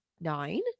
nine